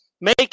Make